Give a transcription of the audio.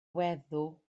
weddw